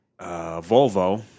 volvo